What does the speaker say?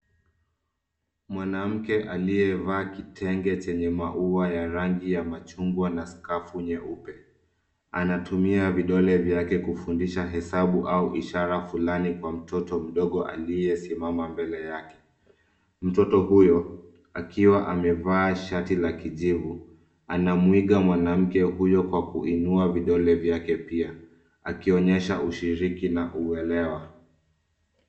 Mwanamke aliyevaa kitenge chenye maua ya rangi ya machungwa na skafu nyeupe anatumia vidole vyake kufundisha hesabu au vishara fulani kwa mtoto mdogo aliye mbele yake. Mtoto huyo, akiwa amevaa shati la kijivu, anamuiga mwanamke huyo kwa kuinua vidole vyake pia, akionyesha kushiriki na kuelewa.